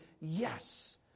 yes